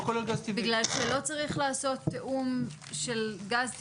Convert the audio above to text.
בגלל שלא צריך לעשות תיאום של גז,